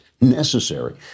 necessary